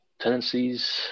Tendencies